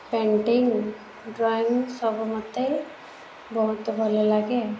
painting drawing ସବୁ ମୋତେ ବହୁତ ଭଲ ଲାଗେ